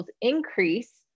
increase